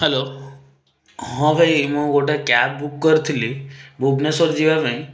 hello ହଁ ଭାଇ ମୁଁ ଗୋଟେ କ୍ୟାବ ବୁକ୍ କରିଥିଲି ଭୁବନେଶ୍ୱର ଯିବାପାଇଁ